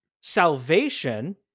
salvation